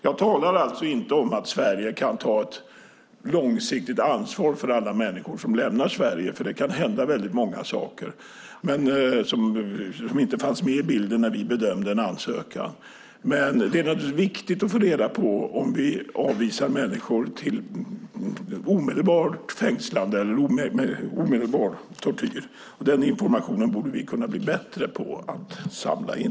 Jag talar alltså inte om att Sverige kan ta ett långsiktigt ansvar för alla människor som lämnar Sverige, för det kan hända många saker som inte fanns med i bilden när vi bedömde en ansökan. Men det är naturligtvis viktigt att få reda på om vi avvisar människor till ett omedelbart fängslande eller omedelbar tortyr. Den informationen borde vi bli bättre på att samla in.